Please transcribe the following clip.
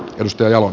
risto jalo